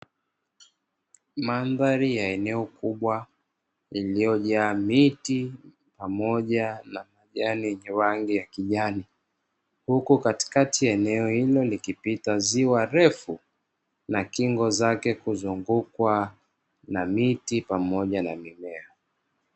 Mandhari ya eneo kubwa iliyojaa miti pamoja na majani yenye rangi ya kijani, huku katikati ya eneo hili ikiwa na ziwa refu na kingo zake kuzungukwa na miti pamoja na mimea.